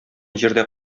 җирдә